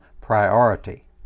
priority